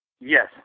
Yes